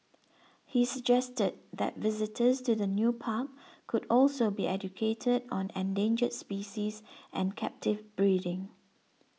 he suggested that visitors to the new park could also be educated on endangered species and captive breeding